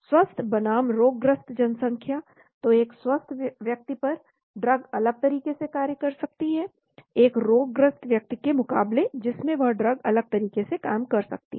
स्वस्थ बनाम रोगग्रस्त जनसंख्या तो एक स्वस्थ व्यक्ति पर ड्रग अलग तरीके से कार्य कर सकती है एक रोगग्रस्त व्यक्ति के मुकाबले जिसमें वह ड्रग अलग तरीके से काम कर सकती है